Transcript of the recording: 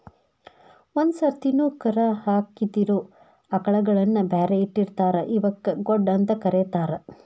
ಒಂದ್ ಸರ್ತಿನು ಕರಾ ಹಾಕಿದಿರೋ ಆಕಳಗಳನ್ನ ಬ್ಯಾರೆ ಇಟ್ಟಿರ್ತಾರ ಇವಕ್ಕ್ ಗೊಡ್ಡ ಅಂತ ಕರೇತಾರ